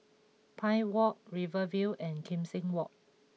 Pine Walk Rivervale and Kim Seng Walk